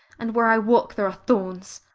and where i walk there are thorns.